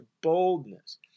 boldness